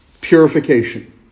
purification